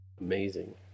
amazing